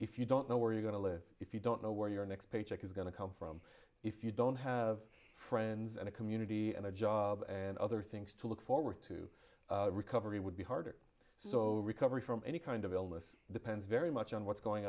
if you don't know where you're going to live if you don't know where your next paycheck is going to come from if you don't have friends and a community and a job and other things to look forward to recovery would be harder so recovery from any kind of illness depends very much on what's going